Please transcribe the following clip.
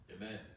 Amen